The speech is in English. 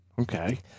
Okay